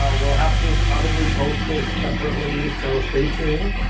ah we'll have to probably post this separately so stay tuned.